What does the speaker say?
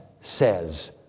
says